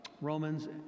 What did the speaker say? Romans